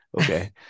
Okay